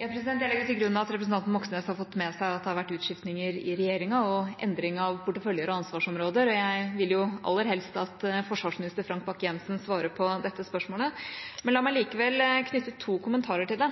ja. Jeg legger til grunn at representanten Moxnes har fått med seg at det har vært utskiftninger i regjeringa og endring av porteføljer og ansvarsområder, og jeg vil jo aller helst at forsvarsminister Frank Bakke-Jensen svarer på dette spørsmålet. La meg likevel knytte to kommentarer til det: